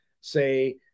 say –